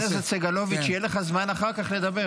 חבר הכנסת סגלוביץ', יהיה לך זמן אחר כך לדבר.